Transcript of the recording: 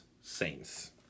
Saints